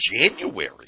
January